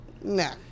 No